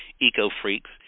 eco-freaks